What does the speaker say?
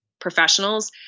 professionals